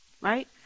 Right